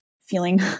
feeling